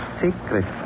secret